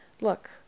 look